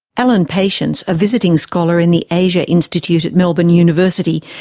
allan patience, a visiting scholar in the asia institute at melbourne university,